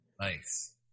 Nice